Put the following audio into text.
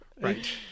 Right